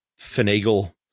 finagle